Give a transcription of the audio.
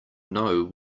know